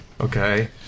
Okay